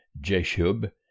Jeshub